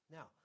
Now